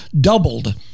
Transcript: doubled